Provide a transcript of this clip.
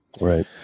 right